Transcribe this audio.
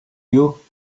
you